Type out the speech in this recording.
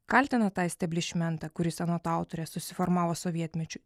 kaltina tą isteblišmentą kuris anot autorės susiformavo sovietmečiu